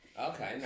Okay